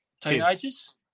teenagers